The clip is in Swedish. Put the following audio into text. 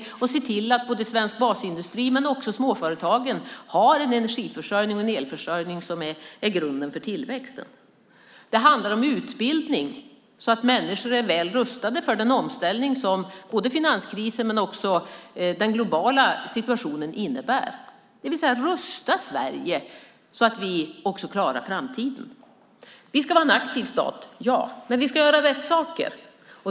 Vi ska se till att inte bara svensk basindustri utan också småföretagen har den energiförsörjning och elförsörjning som är grunden för tillväxten. Det handlar om utbildning, så att människor är väl rustade för den omställning som såväl finanskrisen som den globala situationen innebär. Vi ska rusta Sverige så att vi också klarar framtiden. Vi ska vara en aktiv stat - ja. Men vi ska göra rätt saker.